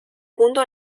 punto